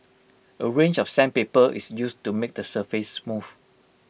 A range of sandpaper is used to make the surface smooth